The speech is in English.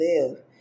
live